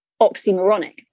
oxymoronic